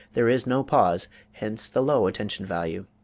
there is no pause hence the low attention-value.